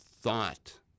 thought